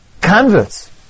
converts